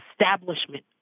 establishment